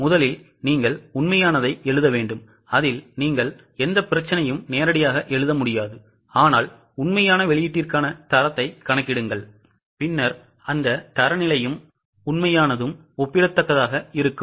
முதலில் நீங்கள் உண்மையானதை எழுத வேண்டும் அதில் நீங்கள் எந்த பிரச்சனையும் நேரடியாக எழுத முடியாது ஆனால் உண்மையான வெளியீட்டிற்கான தரத்தை கணக்கிடுங்கள் பின்னர் அந்த தரநிலையும் உண்மையானதும் ஒப்பிடத்தக்கதாக இருக்கும்